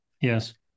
Yes